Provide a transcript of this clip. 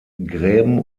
gräben